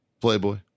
Playboy